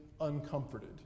uncomforted